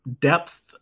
depth